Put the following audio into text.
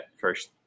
first